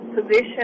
position